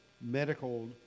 medical